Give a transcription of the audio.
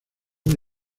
una